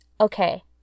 okay